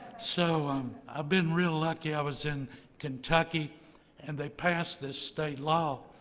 so um i've been really lucky. i was in kentucky and they passed this state law,